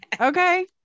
okay